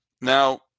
Now